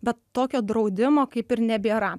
bet tokio draudimo kaip ir nebėra